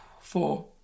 Four